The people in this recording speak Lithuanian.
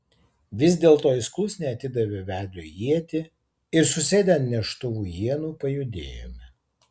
vis dėlto jis klusniai atidavė vedliui ietį ir susėdę ant neštuvų ienų pajudėjome